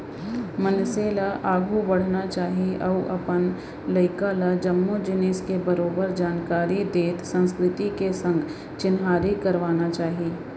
मनसे ल आघू बढ़ना चाही अउ अपन लइका ल जम्मो जिनिस के बरोबर जानकारी देत संस्कृति के संग चिन्हारी करवाना चाही